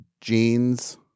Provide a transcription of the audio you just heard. jeans